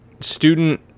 student